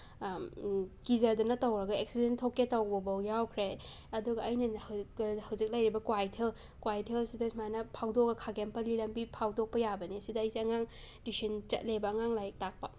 ꯀꯤꯖꯗꯅ ꯇꯧꯔꯒ ꯑꯦꯛꯁꯤꯗꯦꯟ ꯊꯣꯛꯀꯦ ꯇꯧꯕ ꯐꯥꯎ ꯌꯥꯎꯈ꯭ꯔꯦ ꯑꯗꯨꯒ ꯑꯩꯅ ꯍꯧꯖꯤꯛ ꯂꯩꯔꯤꯕ ꯀ꯭ꯋꯥꯏꯊꯦꯜ ꯀ꯭ꯋꯥꯏꯊꯦꯜꯁꯤꯗ ꯁꯨꯃꯥꯏꯅ ꯐꯥꯎꯗꯣꯛꯑꯒ ꯈꯥꯒꯦꯝꯄꯂꯤ ꯂꯝꯕꯤ ꯐꯥꯎꯗꯣꯛꯄ ꯌꯥꯕꯅꯦ ꯁꯤꯗꯩꯁꯤꯗ ꯑꯉꯥꯡ ꯇ꯭ꯌꯨꯁꯟ ꯆꯠꯂꯦꯕ ꯑꯉꯥꯡ ꯂꯥꯏꯔꯤꯛ ꯇꯥꯛꯄ